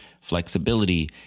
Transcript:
flexibility